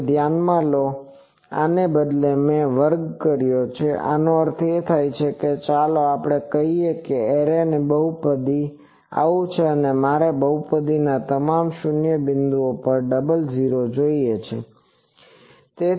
હવે ધ્યાનમાં લો કે આને બદલે મેં વર્ગ કર્યો છે એનો અર્થ થાય છે કે ચાલો કહીએ કે એરે બહુપદી F1ƵƵ2Ƶ3Ƶ42 આવું છે અને મારે આ બહુપદીના તમામ શૂન્ય બિંદુઓ પર ડબલ 0 જોઈએ છે